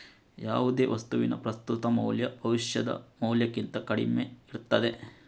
ಯಾವುದೇ ವಸ್ತುವಿನ ಪ್ರಸ್ತುತ ಮೌಲ್ಯ ಭವಿಷ್ಯದ ಮೌಲ್ಯಕ್ಕಿಂತ ಕಡಿಮೆ ಇರ್ತದೆ